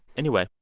anyway,